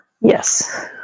Yes